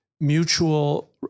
mutual